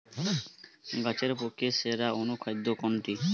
গাছের পক্ষে সেরা অনুখাদ্য কোনটি?